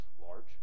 large